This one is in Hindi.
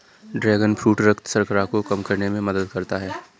ड्रैगन फ्रूट रक्त शर्करा को कम करने में मदद करता है